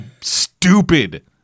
stupid